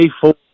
four